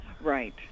right